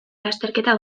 lasterketa